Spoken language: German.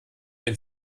den